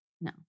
No